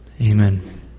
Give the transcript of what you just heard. Amen